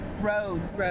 Roads